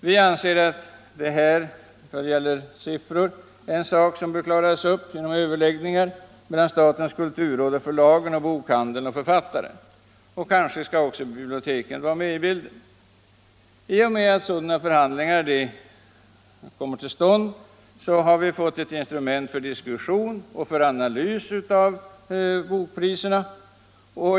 Prisfrågorna bör klaras upp genom överläggningar mellan statens kulturråd, förlagen, bokhandeln och författarna. Biblioteken kanske också skall vara med i bilden. I och med att sådana förhandlingar kommer till stånd har vi fått ett instrument för diskussion och för analys av bokpriserna.